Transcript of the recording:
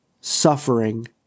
suffering